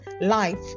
life